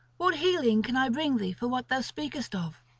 what healing can i bring thee for what thou speakest of,